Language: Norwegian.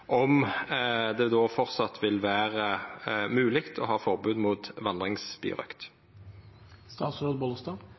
om eg godtek ho, fortsatt vil vera mogleg å ha forbod mot